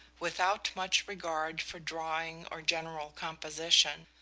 without much regard for drawing or general composition,